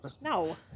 No